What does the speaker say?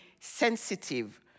sensitive